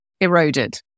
eroded